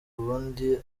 ubundi